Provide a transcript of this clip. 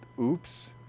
oops